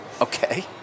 Okay